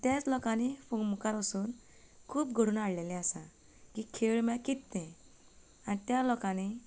तेच लोकांनी मुखार वचोन खूब घडून हाडलेलें आसा की खेळ म्हळ्यार कितें तें आनी त्या लोकांनी